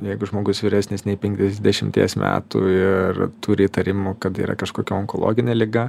jeigu žmogus vyresnis nei penkiasdešimties metų ir turi įtarimų kad yra kažkokia onkologinė liga